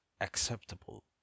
acceptable